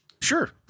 Sure